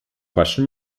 question